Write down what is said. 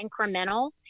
incremental